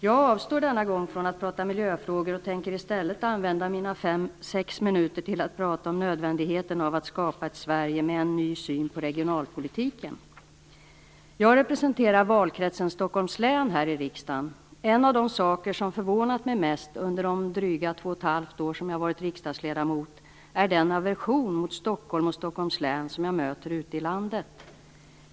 Jag avstår denna gång från att tala om miljöfrågor och tänker i stället använda mina sex minuter till att prata om nödvändigheten av att skapa ett Sverige med en ny syn på regionalpolitiken. Jag representerar valkretsen Stockholms län här i riksdagen. En av de saker som förvånat mig mest under de dryga 2,5 år som jag varit riksdagsledamot är den aversion mot Stockholm och Stockholms län som jag möter ute i landet.